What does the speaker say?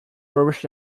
rubbish